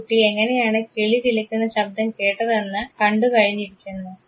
ഈ കുട്ടി എങ്ങനെയാണ് കിളി ചിലയ്ക്കുന്ന ശബ്ദം കേട്ടതെന്ന് കണ്ടു കഴിഞ്ഞിരിക്കുന്നു